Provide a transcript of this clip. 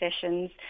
sessions